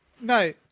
no